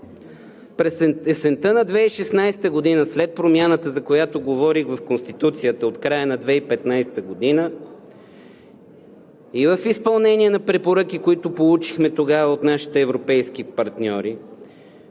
През есента на 2016 г., след промяната, за която говорих – в Конституцията от края на 2015 г., и в изпълнение на препоръки, които получихме тогава от нашите европейски партньори,